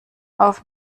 auf